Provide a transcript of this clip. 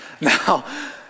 now